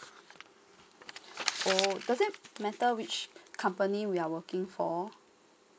oh doesn't matter which company we are working for